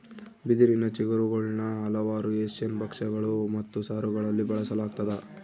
ಬಿದಿರಿನ ಚಿಗುರುಗುಳ್ನ ಹಲವಾರು ಏಷ್ಯನ್ ಭಕ್ಷ್ಯಗಳು ಮತ್ತು ಸಾರುಗಳಲ್ಲಿ ಬಳಸಲಾಗ್ತದ